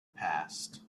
passed